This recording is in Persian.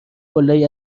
قلهای